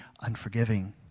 unforgiving